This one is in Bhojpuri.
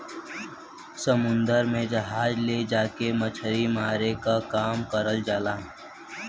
समुन्दर में जहाज ले जाके मछरी मारे क काम करल जाला